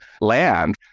land